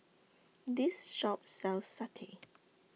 This Shop sells Satay